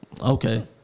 Okay